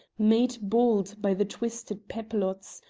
made bald by the twisted papilottes,